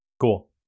Cool